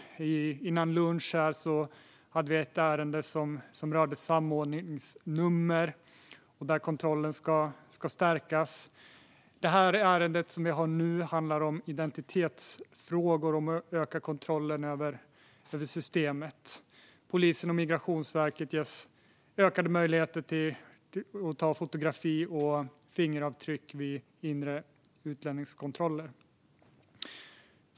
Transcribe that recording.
Före lunch i dag debatterade vi ett ärende som rörde samordningsnummer, där kontrollen ska stärkas. Det ärende vi har uppe nu handlar om identitetsfrågor och om att öka kontrollen över systemet. Polisen och Migrationsverket ges ökade möjligheter att ta fotografier och fingeravtryck vid inre utlänningskontroller.